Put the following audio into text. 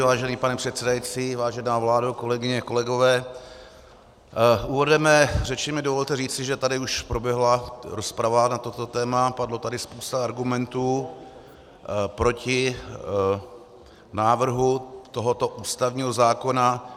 Vážený pane předsedající, vážená vládo, kolegyně, kolegové, úvodem mé řeči mi dovolte říci, že tady už proběhla rozprava na toto téma, padla tady spousta argumentů proti návrhu tohoto ústavního zákona.